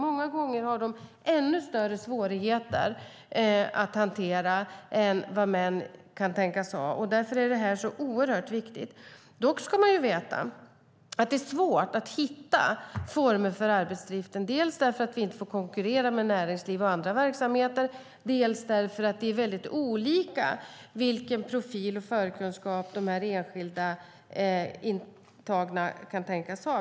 Många gånger har de ännu större svårigheter att hantera än män kan tänkas ha. Därför är detta mycket viktigt. Man ska dock veta att det är svårt att hitta former för arbetsdriften, dels för att vi inte får konkurrera med näringsliv och andra verksamheter, dels för att det är väldigt olika vilken profil och vilka förkunskaper de enskilda intagna kan tänkas ha.